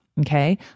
Okay